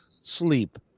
sleep